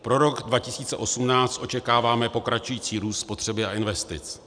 Pro rok 2018 očekáváme pokračující růst spotřeby a investic.